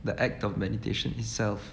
the act of meditation itself